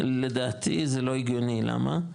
לדעתי זה לא הגיוני, למה?